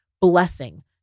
blessing